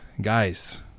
Guys